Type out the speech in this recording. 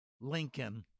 Lincoln